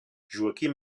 joaquim